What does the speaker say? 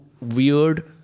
weird